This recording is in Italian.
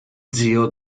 zio